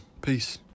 Peace